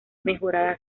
mejorada